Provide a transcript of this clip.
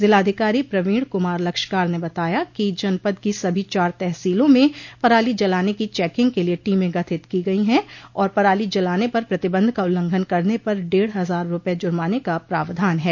जिलाधिकारी प्रवीण कुमार लक्षकार ने बताया है कि जनपद की सभी चार तहसीलों में पराली जलाने की चेकिंग के लिए टीमें गठित की गयी हैं और पराली जलाने पर प्रतिबंध का उल्लंघन करने पर डेढ़ हजार रूपये जूर्माने का प्रावधान है